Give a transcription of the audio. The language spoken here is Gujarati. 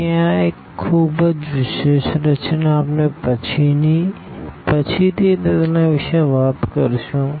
તેથી આ એક ખૂબ જ વિશેષ રચના આપણે પછીથી તેના વિશે વાત કરીશું